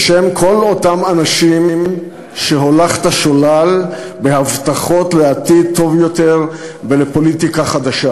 בשם כל אותם אנשים שהולכת שולל בהבטחות לעתיד טוב יותר ולפוליטיקה חדשה.